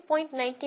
95 અને 3